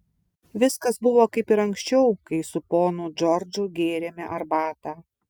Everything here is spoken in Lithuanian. viskas buvo kaip ir anksčiau kai su ponu džordžu gėrėme arbatą